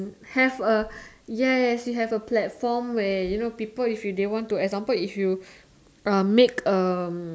have a yes you have a platform where you know people if they want to example if you make a